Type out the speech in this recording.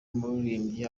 umuririmbyi